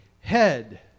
head